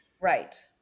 Right